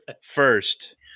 first